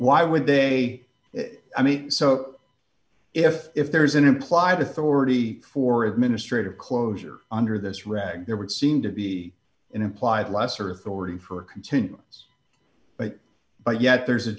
why would they i mean so if if there is an implied authority for administrative closure under this rag there would seem to be an implied lesser authority for continuance but but yet there's a